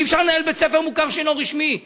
אי-אפשר לנהל בית-ספר מוכר שאינו רשמי,